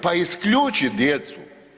Pa isključi djecu.